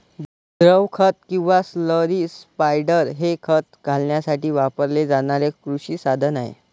द्रव खत किंवा स्लरी स्पायडर हे खत घालण्यासाठी वापरले जाणारे कृषी साधन आहे